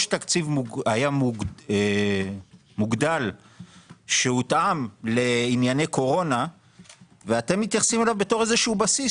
היה מוגדל שהותאם לענייני קורונה ואתם מתייחסים אליו כבסיס